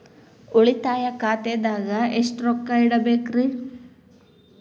ಉಳಿತಾಯ ಖಾತೆದಾಗ ಎಷ್ಟ ರೊಕ್ಕ ಇಡಬೇಕ್ರಿ?